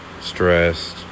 stressed